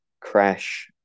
crash